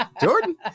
jordan